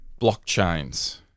blockchains